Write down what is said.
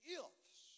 ifs